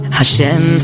Hashem